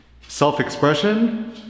self-expression